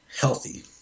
healthy